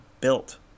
built